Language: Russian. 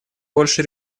больше